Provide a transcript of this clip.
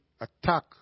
attack